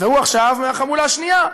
והוא עכשיו מהחמולה השנייה.